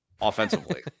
offensively